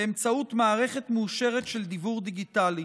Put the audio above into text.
באמצעות מערכת מאושרת של דיוור דיגיטלי.